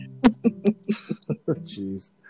Jeez